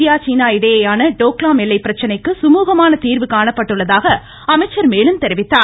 India சீனா இடையேயான டோக்லாம் எல்லை பிரச்னைக்கு சுமூகமான தீர்வு காணப்பட்டுள்ளதாக அமைச்சர் மேலும் தெரிவித்தார்